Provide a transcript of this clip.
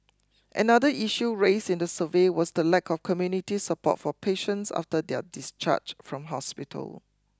another issue raised in the survey was the lack of community support for patients after their discharge from hospital